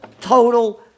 total